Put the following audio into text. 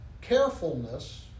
carefulness